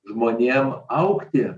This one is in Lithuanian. žmonėm augti